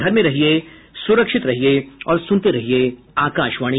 घर में रहिये सुरक्षित रहिये और सुनते रहिये आकाशवाणी